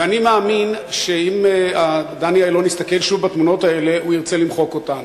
ואני מאמין שאם דני אילון יסתכל שוב בתמונות האלה הוא ירצה למחוק אותן,